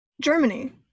Germany